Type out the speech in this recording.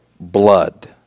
blood